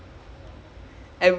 oh ஆமா ஆமா:aamaa aamaa